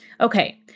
Okay